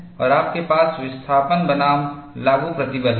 और आपके पास विस्थापन बनाम लागू प्रतिबल है